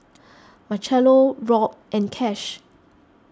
Marchello Robb and Cash